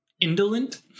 indolent